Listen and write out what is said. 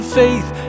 faith